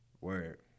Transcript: word